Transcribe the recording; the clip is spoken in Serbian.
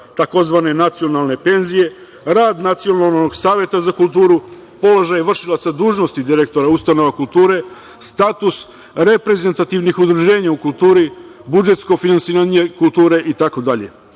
za tzv. nacionalne penzije, rad Nacionalnog saveta za kulturu, položaj vršilaca dužnosti direktora ustanova kulture, status reprezentativnih udruženja u kulturi, budžetsko finansiranje kulture